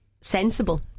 sensible